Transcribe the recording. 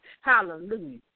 hallelujah